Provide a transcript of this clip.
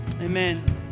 Amen